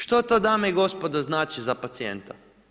Što to dame i gospodo znači za pacijenta?